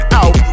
out